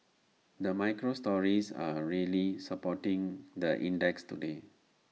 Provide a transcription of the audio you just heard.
the micro stories are really supporting the index today